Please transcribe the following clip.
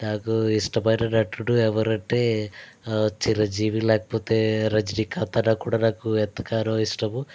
నాకు ఇష్టమైన నటుడు ఎవరంటే చిరంజీవి లేకపోతే రజనీకాత్ అన్న కూడా నాకు ఎంతగానో ఇష్టము